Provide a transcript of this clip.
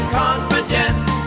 confidence